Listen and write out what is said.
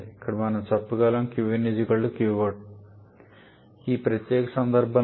ఇక్కడ మనం చెప్పగలం qin qout ఈ ప్రత్యేక సందర్భంలో